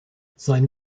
sein